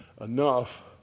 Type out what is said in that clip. enough